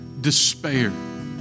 despair